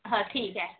हां ठीक आहे